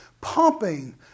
pumping